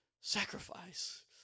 sacrifice